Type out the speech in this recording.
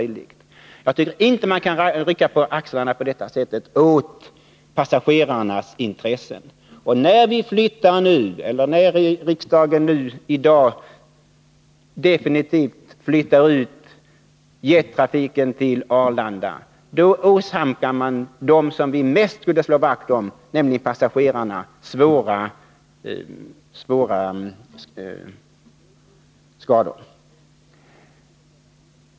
Jag tycker inte att man kan rycka på axlarna åt passagerarnas intressen. När riksdagen i dag definitivt beslutar att flytta ut jettrafiken till Arlanda, åsamkar man dem som vi mest skall slå vakt om, nämligen passagerarna, stort obehag.